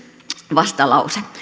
vastalause